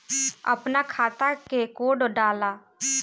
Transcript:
अपना खाता के कोड डाला